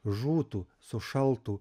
žūtų sušaltų